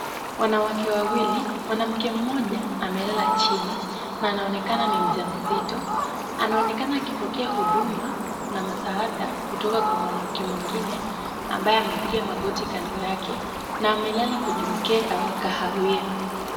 Wanawake wawili, mwanamke mmoja amelala chini na anaonekana ni mja mzito, anaonekana akipokea huduma na msaada kutoka kwa mwanamke mwingine ambaye amepiga magoti kando yake na amelala kwenye mkeka wa kahawia.